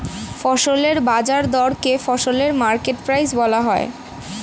ফসলের বাজার দরকে ফসলের মার্কেট প্রাইস বলা হয়